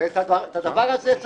ומצד שני,